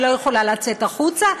היא לא יכולה לצאת החוצה,